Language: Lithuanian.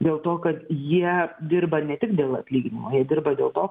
dėl to kad jie dirba ne tik dėl atlyginimo jie dirba dėl to